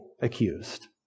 accused